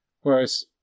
Whereas